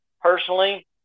personally